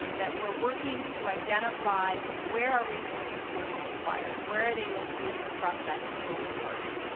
that we're working to identify where are resources most required. where are they most needed across that total force?